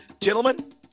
gentlemen